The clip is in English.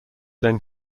then